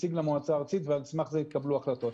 הציג למועצה הארצית ועל סמך זה התקבלו החלטות.